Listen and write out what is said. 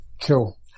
Cool